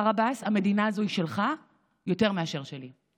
מר עבאס, המדינה הזו היא שלך יותר מאשר שלי.